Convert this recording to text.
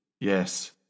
yes